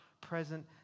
present